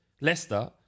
Leicester